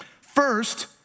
First